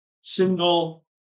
single